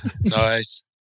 Nice